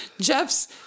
Jeff's